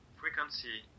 frequency